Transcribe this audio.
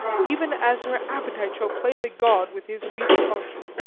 even as her appetite shall play the god with his weak function.